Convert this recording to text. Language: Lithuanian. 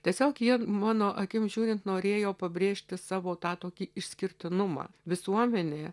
tiesiog jie mano akim žiūrint norėjo pabrėžti savo tą tokį išskirtinumą visuomenėje